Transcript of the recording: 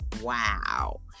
Wow